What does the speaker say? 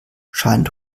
scheint